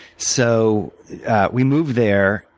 so we moved there.